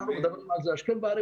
אנחנו מדברים על זה השכם והערב,